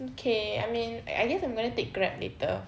okay I mean like I guess I'm gonna take Grab later